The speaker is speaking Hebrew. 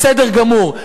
בסדר גמור,